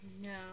No